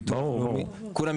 ביטוח לאומי.